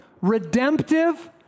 redemptive